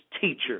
teacher